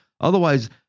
Otherwise